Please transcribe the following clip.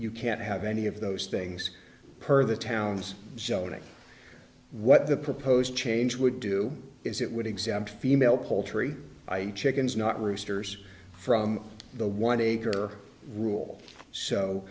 you can't have any of those things per the town's shona what the proposed change would do is it would exempt female poultry chickens not roosters from the one acre rule so